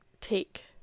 take